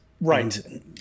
Right